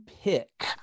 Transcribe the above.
pick